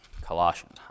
Colossians